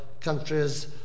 countries